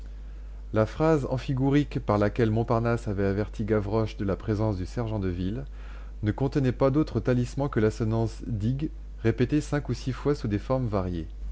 la phrase amphigourique par laquelle montparnasse avait averti gavroche de la présence du sergent de ville ne contenait pas d'autre talisman que l'assonance dig répétée cinq ou six fois sous des formes variées